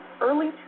Early